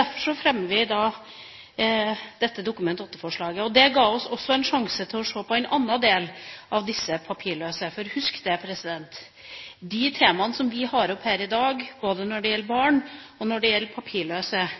Derfor fremmet vi dette Dokument 8-forslaget. Det ga oss også sjansen til å se på en annen side av saken når det gjelder de papirløse. Husk at de temaene som vi har oppe her i dag, både når det gjelder barn,